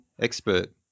expert